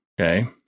okay